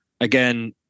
again